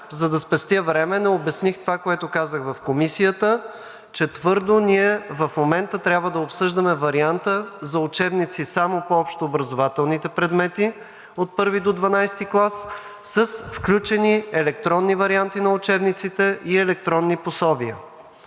за да спестя време, не обясних това, което казах в Комисията, че твърдо ние в момента трябва да обсъждаме варианта за учебници само по общообразователните предмети от I до XII клас – с включени електронни варианти на учебниците и електронни пособия,